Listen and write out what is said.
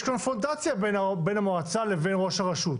קונפרונטציה בין המועצה לבין ראש הרשות.